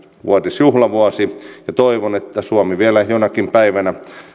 vuotisjuhlavuosi ja toivon että suomi vielä jonakin päivänä